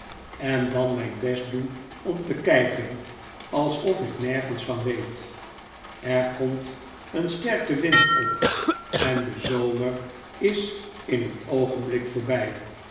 en dan mijn best doe om te kijken alsof ik nergens van weet er komt een sterke wind op en de zomer is in een oogenblik voorbij